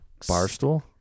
Barstool